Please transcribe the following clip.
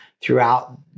throughout